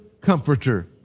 comforter